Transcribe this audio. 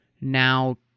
now